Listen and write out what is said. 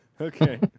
Okay